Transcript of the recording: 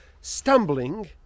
Stumbling